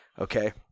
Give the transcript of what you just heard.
Okay